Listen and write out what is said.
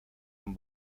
amb